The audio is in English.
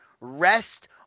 rest